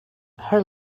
her